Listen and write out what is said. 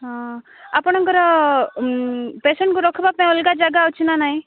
ହଁ ଆପଣଙ୍କର ପେସେଣ୍ଟ୍କୁ ରଖିବା ପାଇଁ ଅଲଗା ଜାଗା ଅଛି ନା ନାହିଁ